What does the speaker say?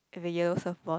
with a yellow surfboard